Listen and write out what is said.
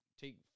take